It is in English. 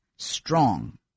strong